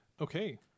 Okay